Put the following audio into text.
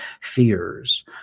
fears